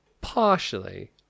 Partially